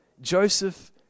Joseph